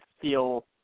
feel